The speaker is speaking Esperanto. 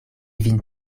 vin